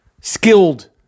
skilled